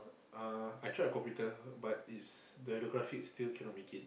uh I tried the computer but it's the graphics still cannot make it